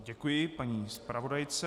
Děkuji paní zpravodajce.